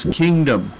kingdom